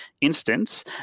instance